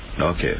okay